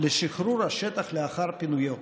לשחרור השטח לאחר פינויו.